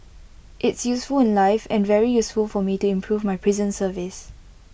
it's useful in life and very useful for me to improve my prison service